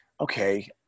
okay